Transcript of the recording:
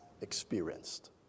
experienced